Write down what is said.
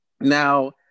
Now